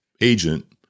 agent